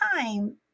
time